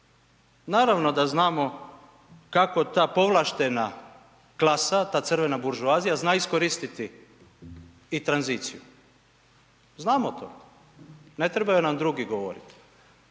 Naravno da znamo kako ta povlaštena klasa, ta crvena buržoazija zna iskoristiti i tranziciju, znamo to, ne trebaju nam drugi govoriti,